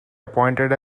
appointed